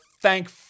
thank